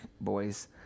boys